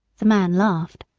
the man laughed.